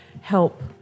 help